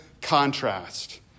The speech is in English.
contrast